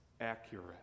accurate